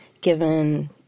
given